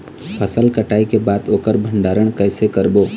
फसल कटाई के बाद ओकर भंडारण कइसे करबो?